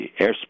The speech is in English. airspace